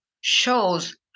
shows